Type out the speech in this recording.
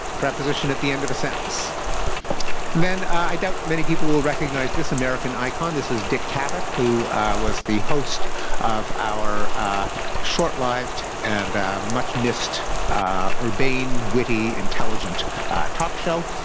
preposition at the end of a sentence. and then i doubt many people will recognise this american icon. this is dick cavett, who was the host of our short-lived and much-missed urbane, witty, intelligent talk show.